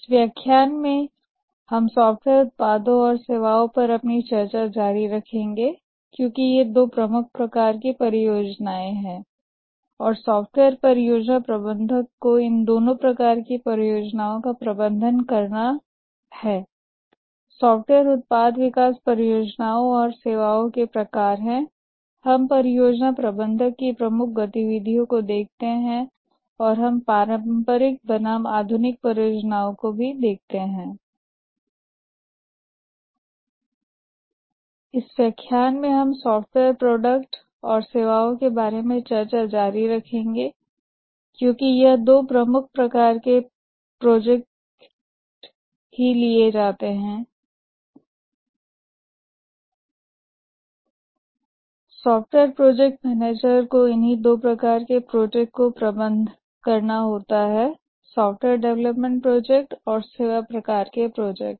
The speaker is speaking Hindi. इस व्याख्यान में हम सॉफ्टवेयर प्रोडक्ट और सेवाओं के बारे में चर्चा जारी रखेंगे क्योंकि यह दो प्रमुख प्रकारके प्रोजेक्ट ही लिए जाते हैं और सॉफ्टवेयर प्रोजेक्ट मैनेजर को इन्हीं दो प्रकार के प्रोजेक्ट को प्रबंधन करना होता है सॉफ्टवेयर डेवलपमेंट प्रोजेक्ट और सेवा प्रकार के प्रोजेक्ट